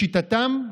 לשיטתם,